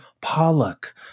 pollock